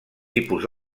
tipus